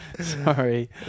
sorry